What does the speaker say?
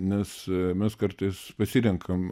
nes mes kartais pasirenkam